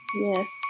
Yes